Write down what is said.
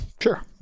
sure